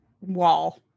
wall